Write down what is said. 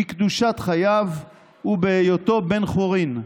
בקדושת חייו ובהיותו בן-חורין,